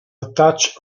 touch